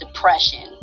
depression